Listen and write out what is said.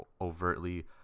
overtly